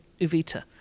uvita